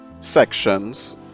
sections